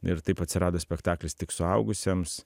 ir taip atsirado spektaklis tik suaugusiems